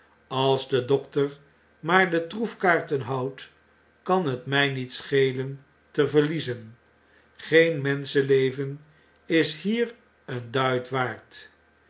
als de dokter maar de troefkaarten houdt kan het mtj niet schelen te verliezen green menschenleven is hier een duit waard